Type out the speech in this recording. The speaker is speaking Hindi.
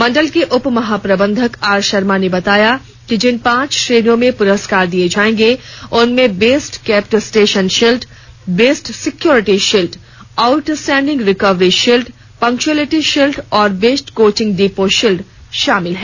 मंडल के उप महाप्रबंधक आर शर्मा ने बताया कि जिन पांच श्रेणियों में पुरस्कार दिये जायेंगे उनमें best kept station shield best security shield outstanding recovery shield punctuality shield और बेस्ट कोचिंग डिपो शील्ड शामिल है